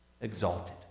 exalted